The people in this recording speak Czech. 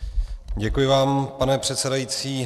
Děkuji vám, pane předsedající.